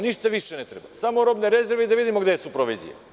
Ništa više ne treba, samo robne rezerve i da vidimo gde su provizije.